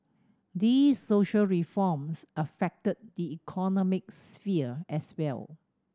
these social reforms affected the economic sphere as well